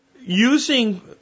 using